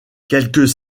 quelques